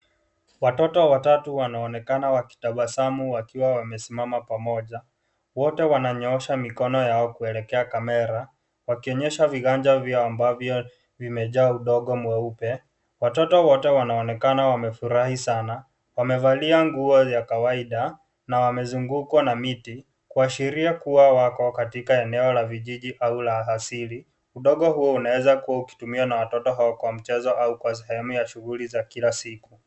Watoto watatu wanaonekana ,wakitabasamu, wakiwa wemesimama pamoja. Wote wananyoosha mikono yao kuelekea kamera, Wakionyesha viganja vyao, ambavyo vimejaa udongo mweupe. Watoto wote, wanaonekana wakiwa wamefurahi sana , Wamevalia nguo ya kawaida na wamezungukwa na miti, kuashiria kuwa wako katika eneo la vijiji au la alasiri. Udongo huu unaweza kuwa unatumia na watoto kwa mchezo au kwa sehemu ya shughuli za kila siku.